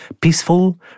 Peaceful